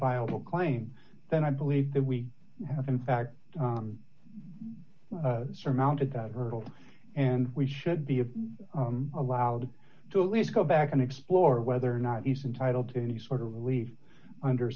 viable claim then i believe that we have in fact surmounted that hurdle and we should be allowed to at least go back and explore whether or not he's entitled to any sort of leave under